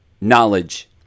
knowledge